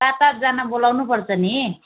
सात आठजना बोलाउनुपर्छ नि